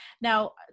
Now